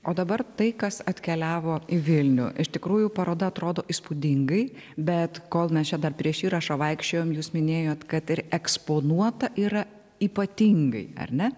o dabar tai kas atkeliavo į vilnių iš tikrųjų paroda atrodo įspūdingai bet kol mes čia dar prieš įrašą vaikščiojom jūs minėjot kad ir eksponuota yra ypatingai ar ne